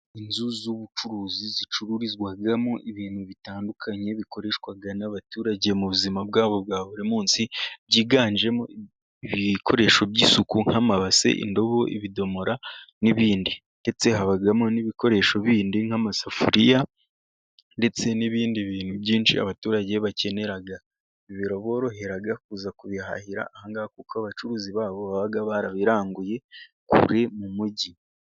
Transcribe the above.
Inzu z'ubucuruzi zicururizwamo ibintu bitandukanye bikoreshwa n'abaturage mu buzima bwabo bwa buri munsi, byiganjemo ibikoresho by'isuku nk'amabase, indobo, ibidomora n'ibindi ndetse habamo n'ibikoresho bindi nk'amasafuriya ndetse n'ibindi bintu byinshi abaturage bakenera. Biraborohera kuza kubihahira aha ngaha kuko abacuruzi babo baba barabiranguye kure mu mujyi.